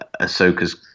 Ahsoka's